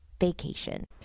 vacation